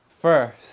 first